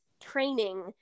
training